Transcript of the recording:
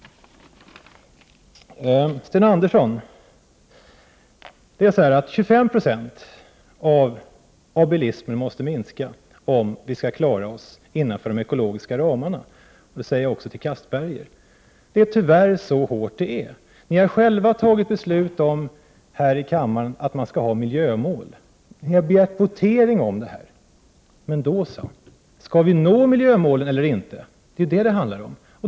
Det är så, Sten Andersson i Malmö, att bilismen måste minska med 25 Zo om vi skall klara oss innanför de ekologiska ramarna. Detta säger jag också till Anders Castberger. Det är tyvärr så hårt. Ni har själva fattat beslut här i kammaren om att vi skall ha miljömål. Ni har begärt votering om detta. Men då så! Skall vi nå miljömålen eller inte? Det är vad det handlar om.